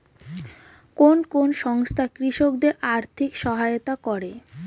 কোন কোন সংস্থা কৃষকদের আর্থিক সহায়তা করে?